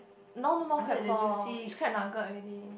now no more crab claw it's crab nugget already